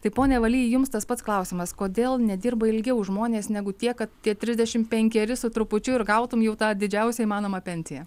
tai pone valy jums tas pats klausimas kodėl nedirba ilgiau žmonės negu tie kad tie trisdešimt penkeri su trupučiu ir gautum jau tą didžiausią įmanomą pensiją